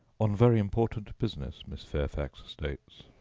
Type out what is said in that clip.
on very important business, miss fairfax states.